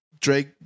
Drake